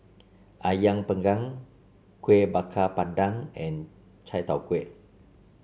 ayam panggang Kuih Bakar Pandan and Chai Tow Kuay